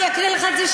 כמו שכתוב פה: